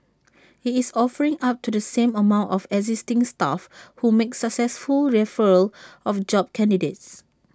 IT is offering up to the same amount for existing staff who make successful referrals of job candidates